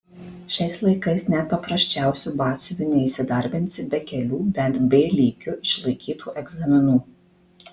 šiais laikais net paprasčiausiu batsiuviu neįsidarbinsi be kelių bent b lygiu išlaikytų egzaminų